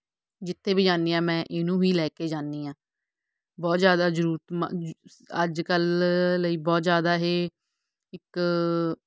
ਜਿੱਥੇ ਵੀ ਜਾਂਦੀ ਹਾਂ ਮੈਂ ਇਹਨੂੰ ਵੀ ਲੈ ਕੇ ਜਾਂਦੀ ਹਾਂ ਬਹੁਤ ਜ਼ਿਆਦਾ ਜ਼ਰੂਰ ਮ ਜ਼ ਅੱਜ ਕੱਲ ਲਈ ਬਹੁਤ ਜ਼ਿਆਦਾ ਇਹ ਇੱਕ